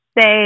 say